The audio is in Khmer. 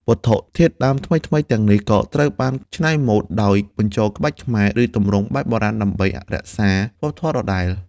វត្ថុធាតុដើមថ្មីៗទាំងនេះក៏ត្រូវបានច្នៃម៉ូដដោយបញ្ចូលក្បាច់ខ្មែរ ឬទម្រង់បែបបុរាណ ដើម្បីរក្សាអត្តសញ្ញាណវប្បធម៌ដដែល។